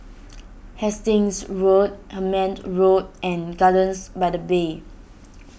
Hastings Road Hemmant Road and Gardens by the Bay